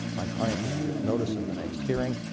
my client didn't get notice of the next hearing.